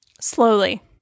Slowly